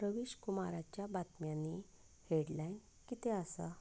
रवीश कुमाराच्या बातम्यांनी हेडलायन कितें आसा